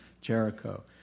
Jericho